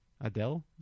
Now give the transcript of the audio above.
Adele